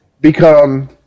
become